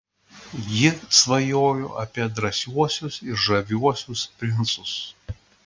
ji svajojo apie drąsiuosius ir žaviuosius princus